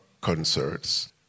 concerts